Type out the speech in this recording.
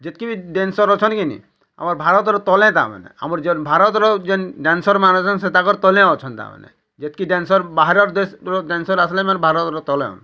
ଯେତ୍କି ବି ଡ୍ୟାନ୍ସର୍ ଅଛନ୍ତି ଏଇନେ ଆମର ଭାରତରେ ତଲେ ତାମାନେ ଆମର ଯିନ୍ ଭାରତର ଯେନ୍ ଡ୍ୟାନ୍ସରମାନେ ତାଙ୍କର ତଲେ ଅଛନ୍ତି ତାମାନେ ଯେତ୍କି ଡ୍ୟାନ୍ସର୍ ବାହାର୍ ଦେଶ୍ର ଡ୍ୟାନ୍ସର୍ ଆସିଲେ ମାନେ ଭାରତରେ ତଲେ